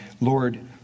Lord